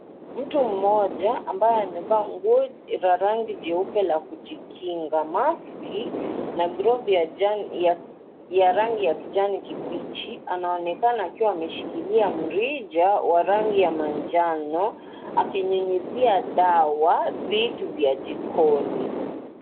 Mtu mmoja ambaye amevaa nguo la rangi jeupe la kujikinga, maski na glovu ya njano ya rangi ya kijani kibichi, anaonekana akiwa ameshikilia mrija wa rangi ya manjano, akinyunyizia dawa vitu vya jikoni.